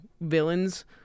villain's